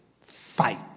fight